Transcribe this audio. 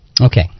Okay